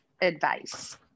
advice